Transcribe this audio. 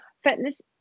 fitness